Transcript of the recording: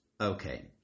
Okay